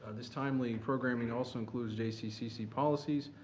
this timely programming also includes jccc policies,